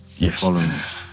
Yes